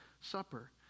supper